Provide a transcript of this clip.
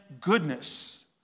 goodness